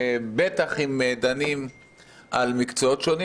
בטח אם דנים על מקצועות שונים.